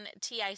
TIC